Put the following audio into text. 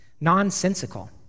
nonsensical